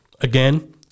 again